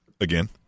Again